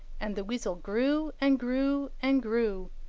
and the weasel grew, and grew, and grew,